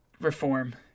reform